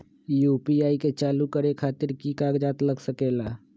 UPI के चालु करे खातीर कि की कागज़ात लग सकेला?